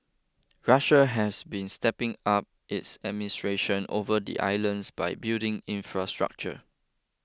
Russia has been stepping up its administration over the islands by building infrastructure